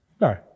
No